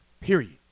period